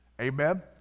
Amen